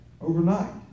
overnight